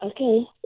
Okay